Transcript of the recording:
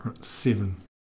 Seven